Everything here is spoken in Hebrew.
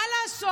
מה לעשות?